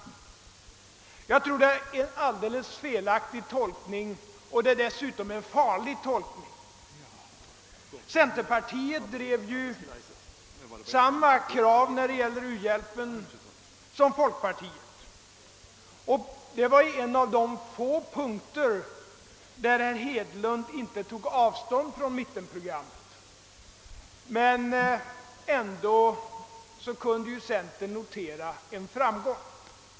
Jag tror det är en alldeles felaktig och dessutom farlig tolkning av valresultatet. Centerpartiet drev ju samma krav när det gällde u-hjälpen som folkpartiet — det var ju en av de få punkter där herr Hedlund inte tog avstånd från mittenprogrammet. Men ändå kunde centerpartiet notera en framgång.